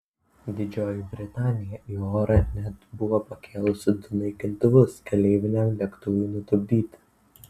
didžioji britanija į orą net buvo pakėlusi du naikintuvus keleiviniam lėktuvui nutupdyti